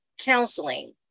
counseling